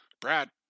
Brad